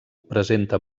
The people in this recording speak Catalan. presenta